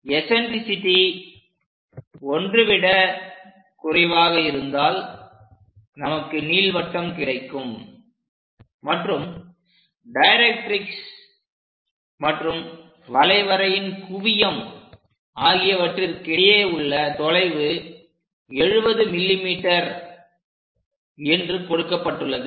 eccentricity 1 விட குறைவாக இருந்தால் நமக்கு நீள்வட்டம் கிடைக்கும் மற்றும் டைரக்ட்ரிக்ஸ் மற்றும் வளைவரையின் குவியம் ஆகியவற்றுக்கிடையே உள்ள தொலைவு 70 mm என்று கொடுக்கப்பட்டுள்ளது